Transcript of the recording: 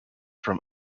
from